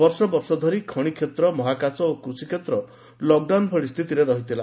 ବର୍ଷବର୍ଷ ଧରି ଖଣିକ୍ଷେତ୍ର ମହାକାଶ ଓ କୃଷିକ୍ଷେତ୍ର ଲକଡାଉନ ଭଳି ସ୍ଥିତିରେ ରହିଥିଲା